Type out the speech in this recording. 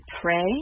pray